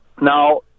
Now